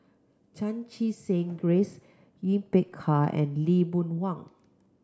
Chan Chee Seng Grace Yin Peck Ha and Lee Boon Wang